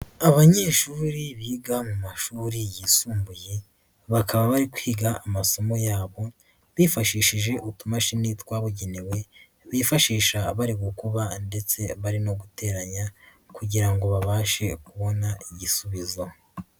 Abanyeshuri biga mu mashuri yisumbuye, bakaba bari kwiga amasomo yabo, bifashishije utumashini twabugenewe, bifashisha abari gukuba ndetse bari no guteranya kugira ngo babashe kubona igisubizo.